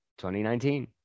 2019